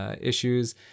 issues